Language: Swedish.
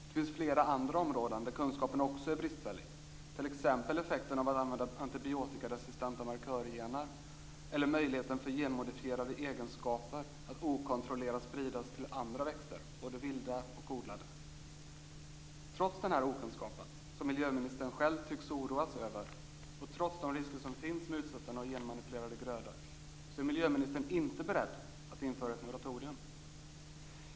Det finns flera andra områden där kunskapen också är bristfällig, t.ex. effekterna av att använda antibiotikaresistenta markörgener eller möjligheten för genmodifierade egenskaper att okontrollerat spridas till andra växter, både vilda och odlade. Trots den här okunskapen, som miljöministern själv tycks oroa sig över, och trots de risker som finns med utsättande av genmanipulerade grödor är miljöministern inte beredd att införa ett moratorium.